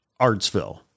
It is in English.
Artsville